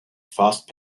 fast